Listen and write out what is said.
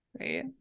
right